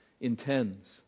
intends